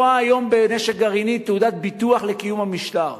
אירן רואה היום בנשק גרעיני תעודת ביטוח לקיום המשטר.